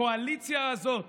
הקואליציה הזאת